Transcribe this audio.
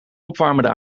opwarmende